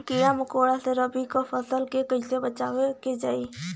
कीड़ों मकोड़ों से रबी की फसल के कइसे बचावल जा?